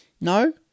No